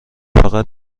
فقط